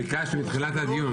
ביקשתי בתחילת הדיון.